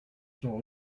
son